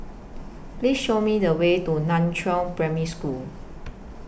Please Show Me The Way to NAN Chiau Primary School